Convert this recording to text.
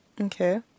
Okay